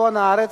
בצפון הארץ,